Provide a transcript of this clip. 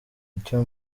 icyo